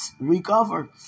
recover